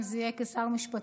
אם זה יהיה כשר משפטים,